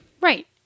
Right